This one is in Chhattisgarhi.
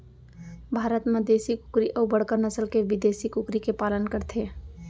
भारत म देसी कुकरी अउ बड़का नसल के बिदेसी कुकरी के पालन करथे